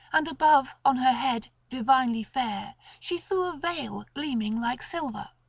and above on her head, divinely fair, she threw a veil gleaming like silver.